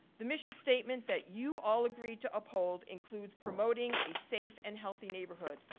the mission statement that you all agreed to uphold includes promoting a safe and healthy neighborhood.